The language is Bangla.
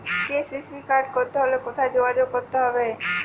কে.সি.সি কার্ড করতে হলে কোথায় যোগাযোগ করতে হবে?